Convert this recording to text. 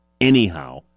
Anyhow